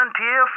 Volunteer